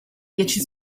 dieci